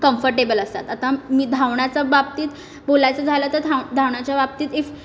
comfortable असतात आता मी धावण्याचा बाबतीत बोलायचं झालं तर धाव धावण्याच्या बाबतीत इफ